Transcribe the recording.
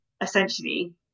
essentially